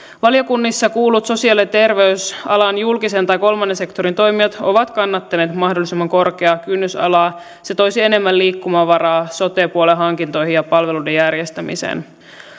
valiokunnissa kuullut sosiaali ja terveysalan julkisen tai kolmannen sektorit toimijat ovat kannattaneet mahdollisimman korkeaa kynnysalaa se toisi enemmän liikkumavaraa sote puolen hankintoihin ja palveluiden järjestämiseen